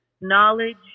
knowledge